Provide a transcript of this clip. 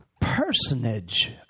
personage